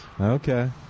Okay